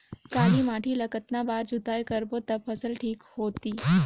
काली माटी ला कतना बार जुताई करबो ता फसल ठीक होती?